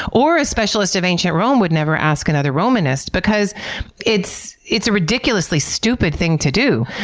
or a specialist of ancient rome would never ask another romanist, because it's it's a ridiculously stupid thing to do.